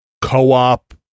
co-op